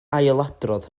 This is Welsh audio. ailadrodd